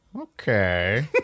Okay